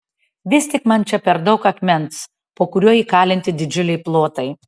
vis tik man čia per daug akmens po kuriuo įkalinti didžiuliai plotai